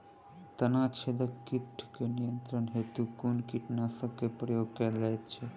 तना छेदक कीट केँ नियंत्रण हेतु कुन कीटनासक केँ प्रयोग कैल जाइत अछि?